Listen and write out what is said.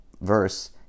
verse